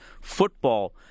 Football